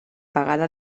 pagada